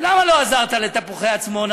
למה לא עזרת ל"תפוחי עצמונה"?